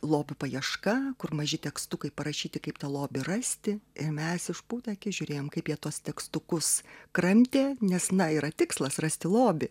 lobių paieška kur maži tekstukai parašyti kaip tą lobį rasti ir mes išpūtę akis žiūrėjom kaip jie tuos tekstukus kramtė nes na yra tikslas rasti lobį